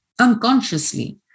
unconsciously